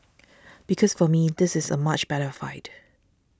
because for me this is a much better fight